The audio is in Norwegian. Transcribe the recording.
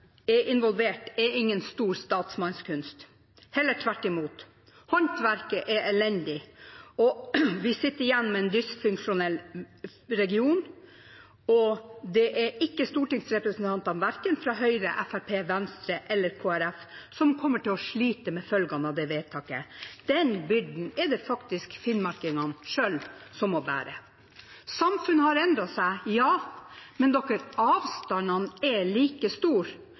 er involvert, er ingen stor statsmannskunst – heller tvert imot. Håndverket er elendig, og vi sitter igjen med en dysfunksjonell region. Det er ikke stortingsrepresentantene, verken fra Høyre, Fremskrittspartiet, Venstre eller Kristelig Folkeparti, som kommer til å slite med følgene av det vedtaket. Den byrden er det faktisk finnmarkingene selv som må bære. Samfunnet har endret seg. Ja, men avstandene er like store,